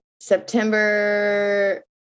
September